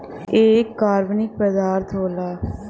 एक कार्बनिक पदार्थ होला